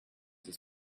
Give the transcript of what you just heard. his